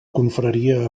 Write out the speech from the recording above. confraria